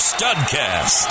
Studcast